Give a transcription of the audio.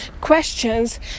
questions